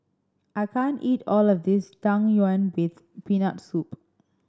I can't eat all of this Tang Yuen with Peanut Soup